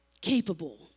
capable